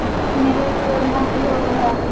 निवेस योजना की होवे है?